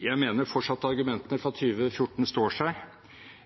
Jeg mener fortsatt at argumentene fra 2014 står seg.